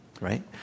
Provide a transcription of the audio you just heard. right